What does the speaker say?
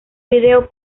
video